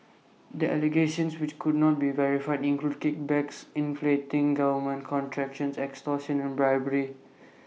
the allegations which could not be verified include kickbacks inflating government contractions extortion and bribery